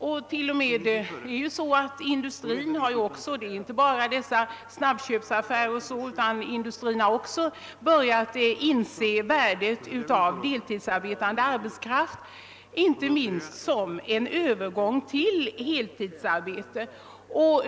Det gäller inte bara arbete i snabbköpsaffärer o.d., utan industrin har också börjat inse värdet av deltidsarbetande arbetskraft, inte minst som en övergång till heltidsarbete.